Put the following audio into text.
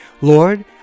Lord